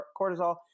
cortisol